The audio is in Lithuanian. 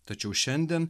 tačiau šiandien